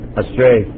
astray